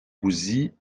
gouzis